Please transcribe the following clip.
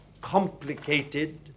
complicated